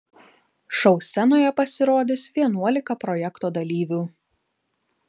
šou scenoje pasirodys vienuolika projekto dalyvių